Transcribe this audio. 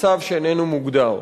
למצב שאיננו מוגדר,